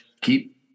keep